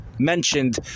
mentioned